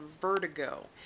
Vertigo